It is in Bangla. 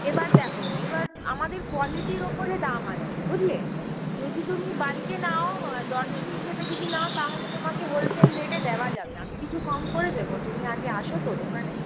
এবার দেখো এবার আমাদের কোয়ালিটির ওপরে দাম আছে বুঝলে যদি তুমি বালকে নাও ডজন হিসেবে যদি নাও তাহলে তোমাকে হোলসেল রেটে দেওয়া যাবে আমি কিছু কম করে দেবো তুমি আগে আসো তো দোকানে